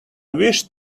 wish